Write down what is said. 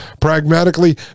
Pragmatically